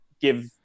give